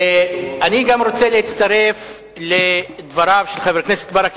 גם אני רוצה להצטרף לדבריו של חבר הכנסת ברכה,